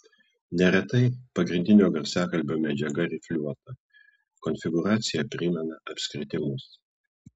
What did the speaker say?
neretai pagrindinio garsiakalbio medžiaga rifliuota konfigūracija primena apskritimus